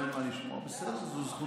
אם אין מה לשמוע, בסדר, זו זכותך.